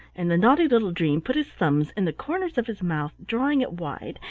and the naughty little dream put his thumbs in the corners of his mouth, drawing it wide,